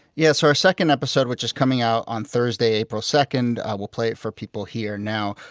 yes. our second episode, which is coming out on thursday, april second, we'll play it for people here now,